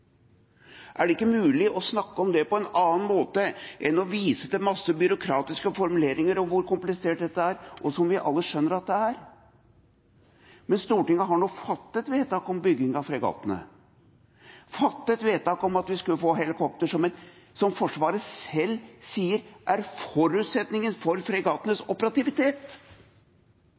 Er det ikke mulig å snakke om det på en annen måte enn ved å vise til mange byråkratiske formuleringer om hvor komplisert dette er, som vi alle skjønner at det er? Men Stortinget har nå en gang fattet vedtak om bygging av fregattene og fattet vedtak om at vi skulle få helikopter. Forsvaret selv sier dette er en forutsetning for fregattenes operativitet